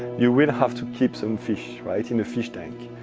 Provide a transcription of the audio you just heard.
you will have to keep some fish right, in the fish tank.